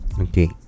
Okay